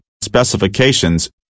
specifications